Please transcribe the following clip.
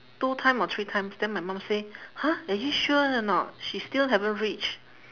two time or three times then my mum say !huh! are you sure or not she still haven't reach